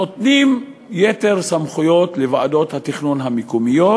נותנים יתר סמכויות לוועדות התכנון המקומיות,